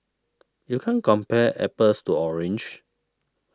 you can't compare apples to orange